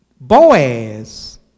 Boaz